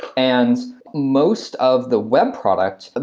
and most of the web product, and